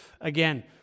again